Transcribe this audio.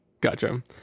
gotcha